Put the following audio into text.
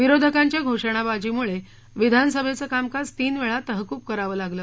विरोधकांच्या घोषणाबाजीमुळे विधानसभेचं कामकाज तीन वेळा तहकूब करावं लागलं